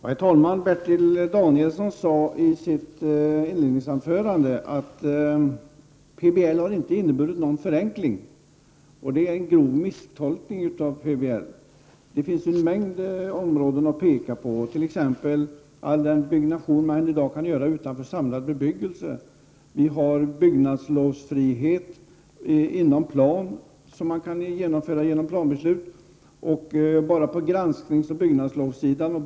Herr talman! Bertil Danielsson sade i sitt inledningsanförande att PBL inte har inneburit någon förenkling. Det är en grov misstolkning av PBL. Det finns en mängd områden att peka på, t.ex. all den byggnation som kan ske utanför samlad bebyggelse. Genom planbeslut kan byggnadslovsfrihet genomföras. Det finns en mängd saker att peka på inom granskningsoch byggnadslovssidan.